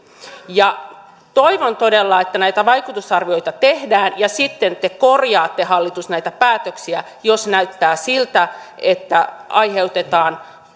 toivon todella että näitä vaikutusarvioita tehdään ja sitten te korjaatte hallitus näitä päätöksiä jos näyttää siltä että aiheutetaan